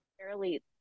fairly